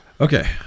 Okay